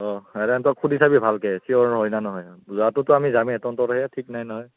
অঁ সুধি চাবি ভালকৈ ছিয়'ৰ হয় নে নহয় যোৱাটোতো যামেই আমি তহঁতৰহে ঠিক নাই নহয়